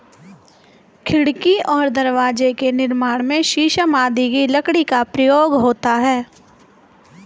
खिड़की और दरवाजे के निर्माण में शीशम आदि की लकड़ी का प्रयोग होता है